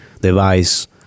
device